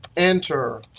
enter.